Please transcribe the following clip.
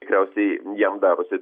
tikriausiai jam darosi